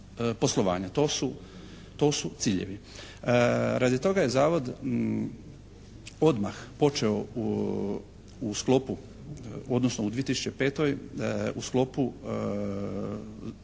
to su ciljevi. Radi toga je Zavod odmah počeo u sklopu odnosno u 2005. u sklopu